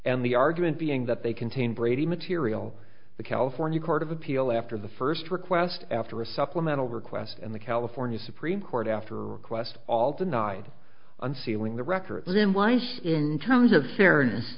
and the argument being that they contain brady material the california court of appeal after the first request after a supplemental request and the california supreme court after request all denied unsealing the records in line in terms of fairness